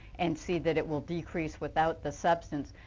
and see that it will decrease without the substance.